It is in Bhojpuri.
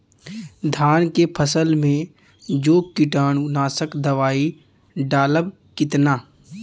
धान के फसल मे जो कीटानु नाशक दवाई डालब कितना?